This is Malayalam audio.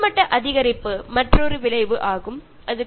കടലിലെ ജലനിരപ്പ് ഉയരുന്നതും മറ്റൊരു പ്രത്യാഘാതമാണ്